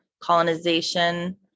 colonization